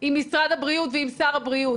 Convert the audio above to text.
עם משרד הבריאות ועם שר הבריאות,